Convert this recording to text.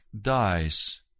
dies